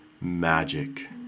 magic